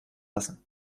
lassen